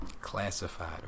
classified